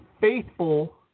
faithful